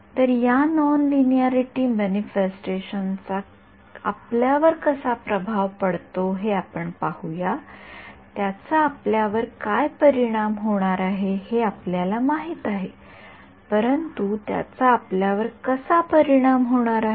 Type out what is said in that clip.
तर या non linearity मेनीफीस्टेशनचा आपल्यावर कसा प्रभाव पडतो हे आपण पाहू या त्याचा आपल्यावर काय परिणाम होणार आहे हे आपल्याला माहित आहे परंतु त्याचा आपल्यावर कसा परिणाम होणार आहे